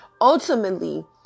Ultimately